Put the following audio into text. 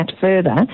further